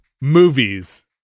Movies